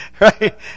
Right